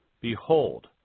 behold